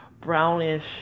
brownish